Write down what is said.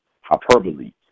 hyperbole